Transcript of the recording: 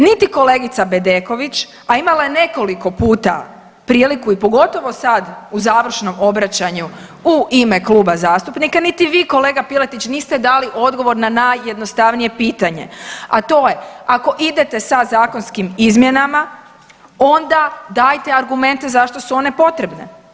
Niti kolegica Bedeković, a imala je nekoliko puta priliku i pogotovo sad u završnom obraćanju u ime kluba zastupnika, niti vi kolega Piletić niste dali odgovor na najjednostavnije pitanje, a to je ako idete sa zakonskim izmjenama onda dajte argumente zašto su one potrebne.